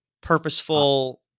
purposeful